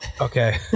Okay